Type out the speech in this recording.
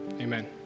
Amen